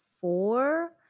four